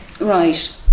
right